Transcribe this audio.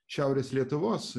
šiaurės lietuvos